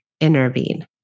intervene